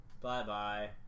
Bye-bye